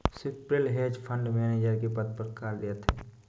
Swapnil hedge fund manager के पद पर कार्यरत है